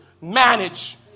Manage